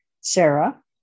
Sarah